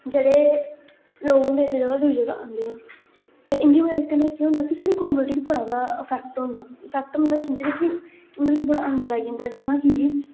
जेह्ड़े लोक होंदे इ जगह दूई जगह आंदे ते इंदी बजह कन्नै केह् होंदा कि साढ़ी कम्युनिटी गी बड़ा गै इफैक्ट होंदा इफैक्ट समझो कि उंदे बिच बड़ा अंतर आई जंदा जियां कि